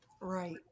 Right